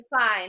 fine